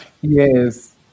Yes